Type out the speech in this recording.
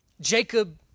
Jacob